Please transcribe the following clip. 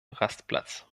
rastplatz